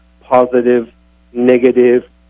positive-negative